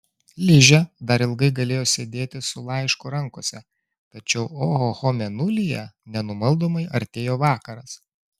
ližė dar ilgai galėjo sėdėti su laišku rankose tačiau ohoho mėnulyje nenumaldomai artėjo vakaras